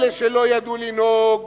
אלה שלא ידעו לנהוג